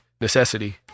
necessity